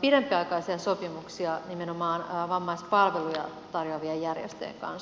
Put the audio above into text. pidempiaikaisia sopimuksia nimenomaan vammaispalveluja tarjoavien järjestöjen kanssa